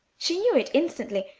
she knew it instantly,